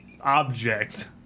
object